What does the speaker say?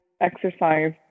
exercise